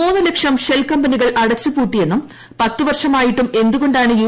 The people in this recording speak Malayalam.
മൂന്നു ലക്ഷം ഷെൽ കമ്പനികൾ അടച്ചു പൂട്ടിയെന്നും പത്തു വർഷമായിട്ടും എന്തുകൊണ്ടാണ് യു